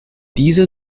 diese